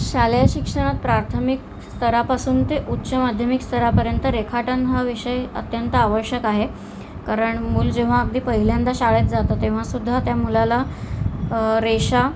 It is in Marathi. शालेय शिक्षणात प्राथमिक स्तरापासून ते उच्च माध्यमिक स्तरापर्यंत रेखाटन हा विषय अत्यंत आवश्यक आहे कारण मूल जेव्हा अगदी पहिल्यांदा शाळेत जातं तेव्हासुद्धा त्या मुलाला रेषा